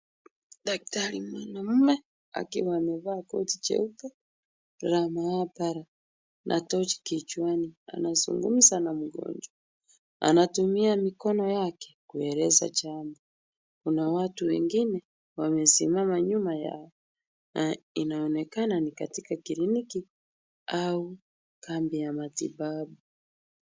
Daktari mwanaume akiwa amevaa koti cheupe la maabara na torch kichwani. Anazungumza na mgonjwa. Anatumia mikono yake kueleza jambo. Kuna watu wengine wamesimama nyuma yao na inaonekana ni katika kliniki au kambi ya matibabu.